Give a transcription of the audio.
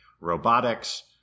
robotics